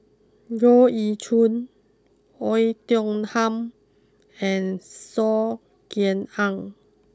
Goh Ee Choo Oei Tiong Ham and Saw Ean Ang